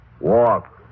walk